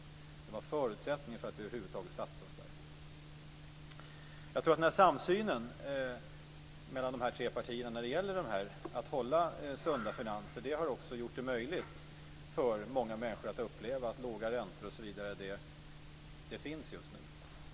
Det var förutsättningen för att vi över huvud taget satte oss där. Samsynen mellan de tre partierna när det gäller att hålla sunda finanser har också gjort det möjligt för många människor att uppleva de låga räntor som finns just nu.